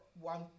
one